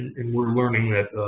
and we're learning that